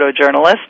Photojournalist